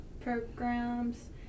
programs